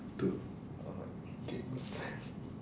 dude I'm like game obsessed